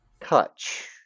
touch